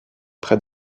près